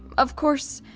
of course,